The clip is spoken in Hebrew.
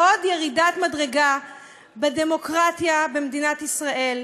לעוד ירידת מדרגה בדמוקרטיה במדינת ישראל,